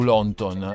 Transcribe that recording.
London